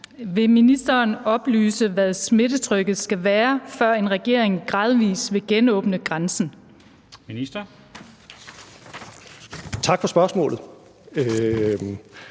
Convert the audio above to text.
Vil ministeren oplyse, hvad smittetrykket skal være, førend regeringen gradvis vil genåbne grænsen? Kl. 13:49 Formanden